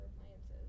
appliances